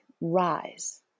rise